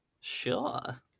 Sure